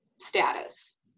status